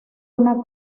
una